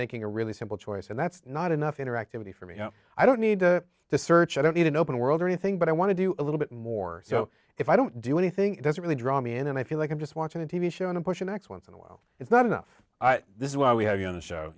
making a really simple choice and that's not enough interactivity for me i don't need to search i don't need an open world or anything but i want to do a little bit more so if i don't do anything it doesn't really draw me in and i feel like i'm just watching a t v show and i'm pushing x once in a while it's not enough this is why we have you on the show